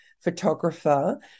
photographer